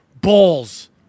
balls